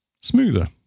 smoother